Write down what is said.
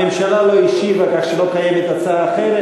הממשלה לא השיבה, כך שלא קיימת הצעה אחרת.